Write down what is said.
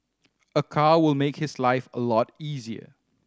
a car will make his life a lot easier